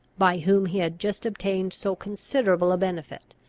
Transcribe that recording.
by whom he had just obtained so considerable a benefit.